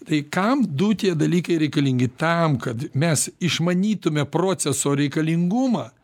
tai kam du tie dalykai reikalingi tam kad mes išmanytume proceso reikalingumą